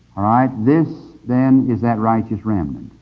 this, then, is that righteous remnant.